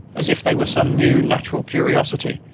as if they were some new natural curiosity,